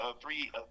three